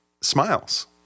smiles